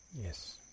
Yes